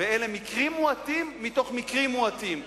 אלה מקרים מועטים מתוך מקרים מועטים,